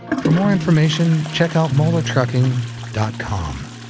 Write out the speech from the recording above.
for more information, check out moellertrucking dot com.